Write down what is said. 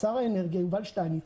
שר האנרגיה יובל שטייניץ,